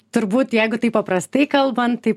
turbūt jeigu taip paprastai kalban tai